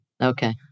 Okay